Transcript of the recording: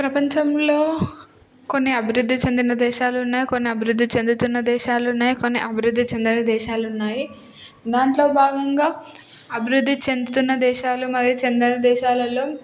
ప్రపంచంలో కొన్ని అభివృద్ధి చెందిన దేశాలు ఉన్నాయి కొన్ని అభివృద్ధి చెందుతున్న దేశాలు ఉన్నాయి కొన్ని అభివృద్ధి చెందని దేశాలు ఉన్నాయి దాంట్లో భాగంగా అభివృద్ధి చెందుతున్న దేశాలు మరియు చెందని దేశాలలో